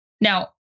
Now